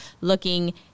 looking